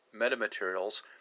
metamaterials